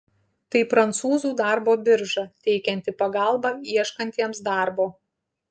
tai prancūzų darbo birža teikianti pagalbą ieškantiems darbo